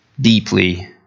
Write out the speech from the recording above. deeply